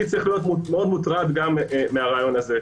צריך להיות מאוד מוטרד גם מהרעיון הזה.